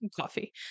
coffee